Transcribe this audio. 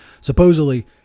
Supposedly